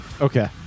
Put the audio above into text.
Okay